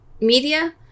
media